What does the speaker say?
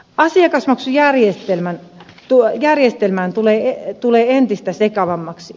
asiakasmaksujärjestelmä tulee entistä sekavammaksi